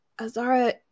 Azara